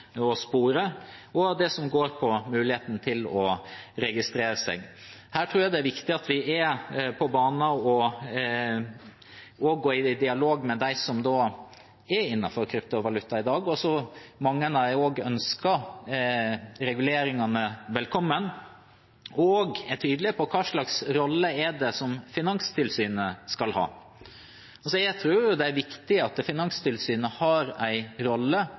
og det som går på muligheten til å registrere seg. Her tror jeg det er viktig at vi er på banen og går i dialog med dem som opererer innenfor kryptovaluta i dag – mange har også ønsket reguleringene velkommen – og at man er tydelig på hva slags rolle Finanstilsynet skal ha. Jeg tror det er viktig at Finanstilsynet har en rolle